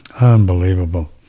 Unbelievable